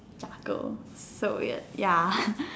jangle so weird ya